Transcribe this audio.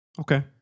Okay